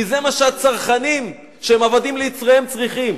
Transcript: כי זה מה שהצרכנים, שהם עבדים ליצריהם, צריכים.